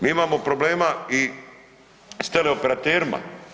Mi imamo problema i s teleoperaterima.